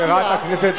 חברת הכנסת גלאון.